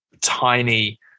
tiny